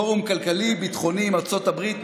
פורום כלכלי-ביטחוני עם ארצות הברית,